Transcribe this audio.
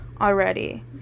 already